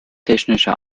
technischer